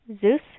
Zeus